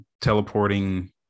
teleporting